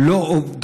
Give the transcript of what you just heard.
הן לא עובדות.